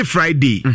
Friday